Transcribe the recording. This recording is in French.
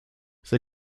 c’est